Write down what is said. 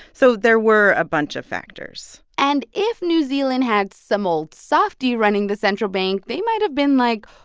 so there were a bunch of factors and if new zealand had some old softy running the central bank, they might've been like,